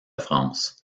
france